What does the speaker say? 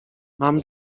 mam